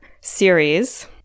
series